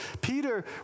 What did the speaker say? Peter